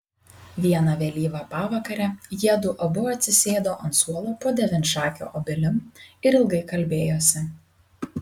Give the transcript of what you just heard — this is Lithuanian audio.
vieną vėlyvą pavakarę jiedu abu atsisėdo ant suolo po devynšake obelim ir ilgai kalbėjosi